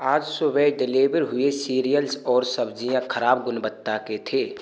आज सुबह डलेवर हुए सीरियल्स और सब्ज़ियाँ ख़राब गुणवत्ता के थे